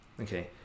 okay